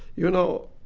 you know,